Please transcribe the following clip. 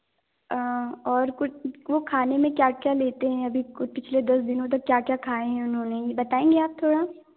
और कुछ वो खाने में क्या क्या लेते हैं अभी पिछले दस दिनों तक क्या क्या खाएं हैं उन्होंने बताएँगे आप थोड़ा